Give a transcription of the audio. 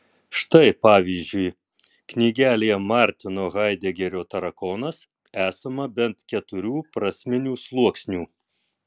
štai pavyzdžiui knygelėje martino haidegerio tarakonas esama bent keturių prasminių sluoksnių